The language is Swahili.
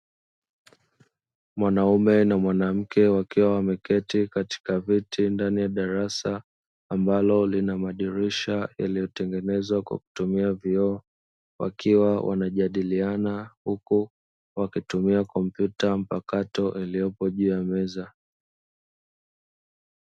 Mwanaume na mwanamke wakiwa wameketi katika vyeti ndani ya darasa, ambalo lina madirisha yaliyotengenezwa kwa kutumia vioo, wakiwa wanajadiliana huko wakitumia kompyuta mpakato iliyopo juu ya meza.